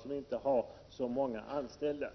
som inte har så många anställda.